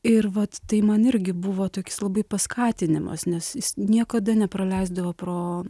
ir vat tai man irgi buvo toks labai paskatinimas nes jis niekada nepraleisdavo pro